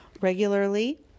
regularly